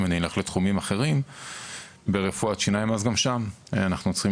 אם אני אלך לתחומים אחרים ברפואת שיניים אז גם שם אנחנו צריכים